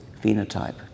phenotype